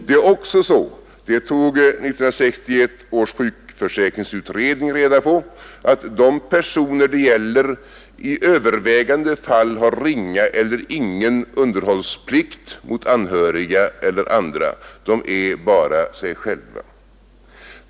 Det är också så, det tog 1961 års sjukförsäkringsutredning reda på, att de personer det gäller i övervägande antalet fall har ringa eller ingen underhållsplikt mot anhöriga eller andra — de är bara sig själva.